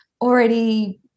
already